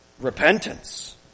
repentance